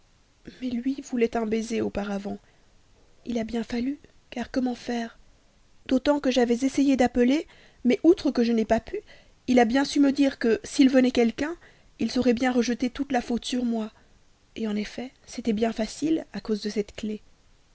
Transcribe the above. mais lui voulait un baiser auparavant il a bien fallu car comment faire d'autant que j'avais essayé d'appeler mais outre que je n'ai pas pu il a bien su me dire que s'il venait quelqu'un il saurait bien rejeter toute la faute sur moi en effet c'était bien facile à cause de cette clef